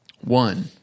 One